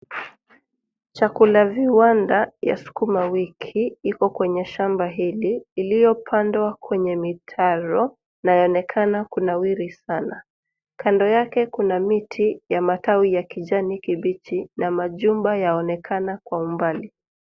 Chakulaviwanda ya skumawiki iko kwenye shamba hili iliyopandwa kwenye mitaro na yaonekana kunawiri sana. Kando yake kuna miti ya matawi ya kijani kibichi na majumba yaonekana kwa umbali.